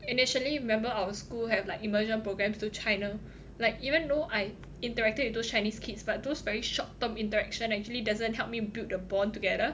initially remember our school have like immersion programmes to China like even though I interacted with those chinese kids but those very short term interaction actually doesn't help me build the bond together